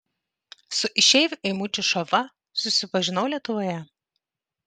su išeiviu eimučiu šova susipažinau lietuvoje